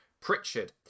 Pritchard